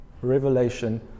Revelation